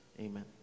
amen